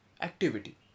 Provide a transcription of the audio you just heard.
activity